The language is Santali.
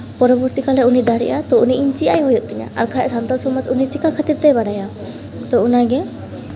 ᱯᱚᱨᱚᱵᱚᱨᱛᱤ ᱠᱟᱞᱨᱮ ᱩᱱᱤ ᱫᱟᱲᱮᱜᱼᱟ ᱛᱳ ᱩᱱᱤ ᱤᱧ ᱪᱮᱫ ᱟᱭ ᱦᱩᱭᱩᱜ ᱛᱤᱧᱟᱹ ᱟᱨ ᱵᱟᱠᱷᱟᱡ ᱥᱟᱱᱛᱟᱲ ᱥᱚᱢᱟᱡᱽ ᱩᱱᱤ ᱪᱤᱠᱟᱹ ᱠᱷᱟᱹᱛᱤᱨ ᱛᱮᱭ ᱵᱟᱲᱟᱭᱟ ᱛᱳ ᱚᱱᱟᱜᱮ